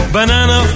Banana